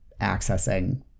accessing –